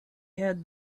had